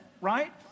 right